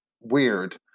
weird